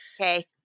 Okay